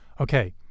okay